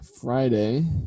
friday